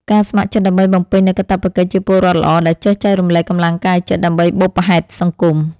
ការស្ម័គ្រចិត្តដើម្បីបំពេញនូវកាតព្វកិច្ចជាពលរដ្ឋល្អដែលចេះចែករំលែកកម្លាំងកាយចិត្តដើម្បីបុព្វហេតុសង្គម។